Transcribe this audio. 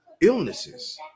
illnesses